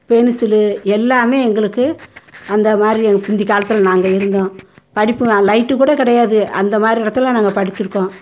pencil எல்லாமே எங்களுக்கு அந்தமாதிரி முந்தி காலத்தில் நாங்கள் இருந்தோம் படிப்பும் லைட்டு கூட கிடையாது அந்தமாதிரி இடத்துல நாங்கள் படித்திருக்கோம்